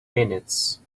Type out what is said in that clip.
minutes